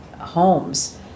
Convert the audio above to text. homes